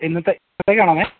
എന്നത്തേ എന്നത്തേക്ക് വേണമെന്നേ